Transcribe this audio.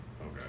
Okay